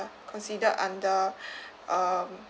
considered under um